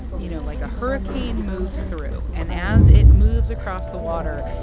you know, like, a hurricane moves through, and as it moves across the water,